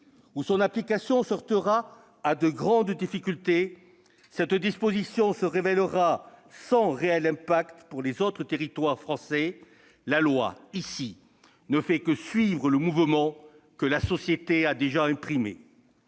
de celle-ci se heurtera à de grandes difficultés, cette disposition se révélera sans réel impact sur les autres territoires français. En l'espèce, la loi ne fait que suivre le mouvement que la société a déjà imprimé.